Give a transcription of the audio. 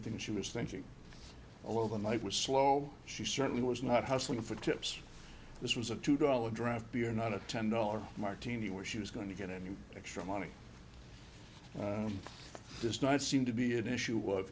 nothing she was thinking all of the night was slow she certainly was not hustling for tips this was a two dollar draft beer not a ten dollars martini where she was going to get any extra money does not seem to be an issue